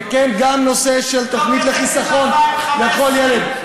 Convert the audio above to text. וכן, גם הנושא של תוכנית לחיסכון לכל ילד.